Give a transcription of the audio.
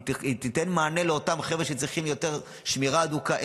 היא תיתן מענה לאותם חבר'ה שצריכים שמירה הדוקה יותר.